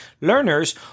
learners